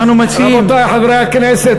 אנחנו מציעים רבותי חברי הכנסת,